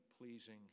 pleasing